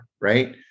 right